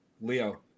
Leo